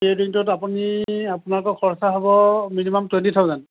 pre ৱেডিঙটোত আপুনি আপোনাৰ পৰা খৰচা হ'ব মিনিমাম টুৱেণ্টি থাউজেণ্ড